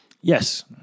Yes